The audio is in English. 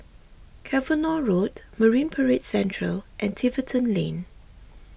Cavenagh Road Marine Parade Central and Tiverton Lane